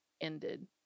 ended